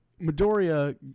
Midoriya